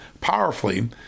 powerfully